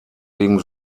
wegen